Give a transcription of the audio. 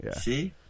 See